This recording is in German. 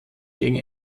gegen